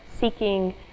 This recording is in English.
seeking